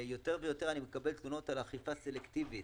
יותר ויותר אני מקבל תלונות על אכיפה סלקטיבית,